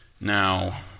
now